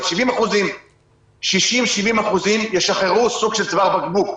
על 70%. 60%-70% ישחררו סוג של צוואר בקבוק.